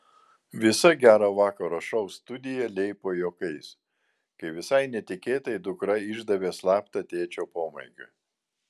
visa gero vakaro šou studija leipo juokais kai visai netikėtai dukra išdavė slaptą tėčio pomėgį